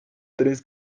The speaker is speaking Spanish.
tres